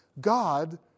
God